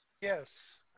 Yes